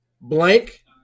Blank